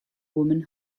woman